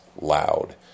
loud